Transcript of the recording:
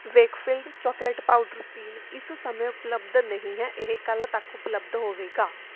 Weikfield chocolate powder ਪੀਣ ਇਸ ਸਮੇਂ ਉਪਲੱਬਧ ਨਹੀਂ ਹੈ ਇਹ ਕੱਲ੍ਹ ਤੱਕ ਉਪਲੱਬਧ ਹੋਵੇਗਾ